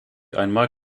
einmal